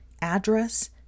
address